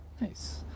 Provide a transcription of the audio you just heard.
Nice